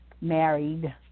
married